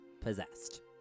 possessed